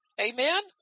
Amen